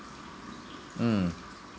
mm